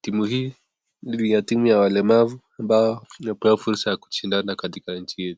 Timu hii ni ya timu ya walemavu ambao wamepewa fursa ya kushindana katika nchi yetu.